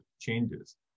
changes